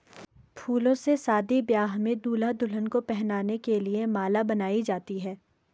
फूलों से शादी ब्याह में दूल्हा दुल्हन को पहनाने के लिए माला बनाई जाती है